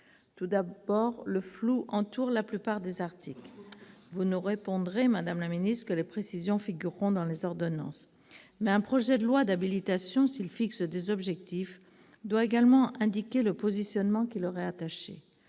Tout d'abord, le flou entoure la plupart des articles. Vous nous répondrez, madame la ministre, que les précisions figureront dans les ordonnances. Mais un projet de loi d'habilitation, s'il fixe des objectifs, doit également indiquer le positionnement qui leur est attaché.